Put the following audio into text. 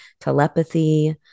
telepathy